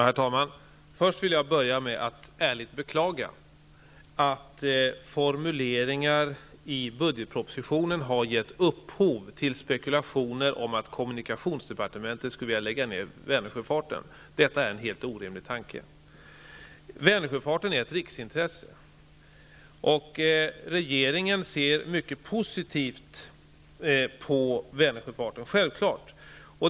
Herr talman! Jag vill först ärligt beklaga att formuleringar i budgetpropositionen har gett upphov till spekulationer om att kommunikationsdepartementet skulle vilja lägga ner Vänersjöfarten. Detta är en helt orimlig tanke. Vänersjöfarten är ett riksintresse, och regeringen ser självfallet mycket positivt på sjöfarten i Vänern.